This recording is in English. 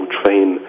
train